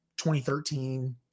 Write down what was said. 2013